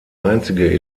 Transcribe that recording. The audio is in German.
einzige